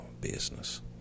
business